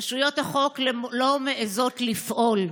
רשויות החוק לא מעיזות לפעול,